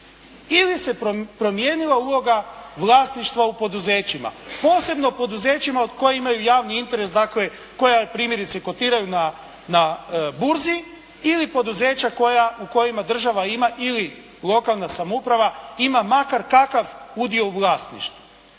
ili se promijenila uloga vlasništva u poduzećima? Posebno poduzećima koje imaju javni interes, dakle koja primjerice kotiraju na burzi ili poduzeća koja, u kojima država ima ili lokalna samouprava ima makar kakav udio u vlasništvu.